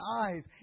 eyes